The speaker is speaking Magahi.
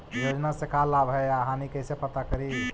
योजना से का लाभ है या हानि कैसे पता करी?